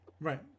Right